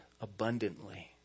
abundantly